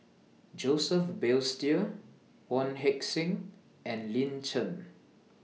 Joseph Balestier Wong Heck Sing and Lin Chen